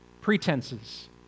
pretenses